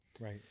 Right